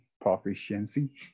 proficiency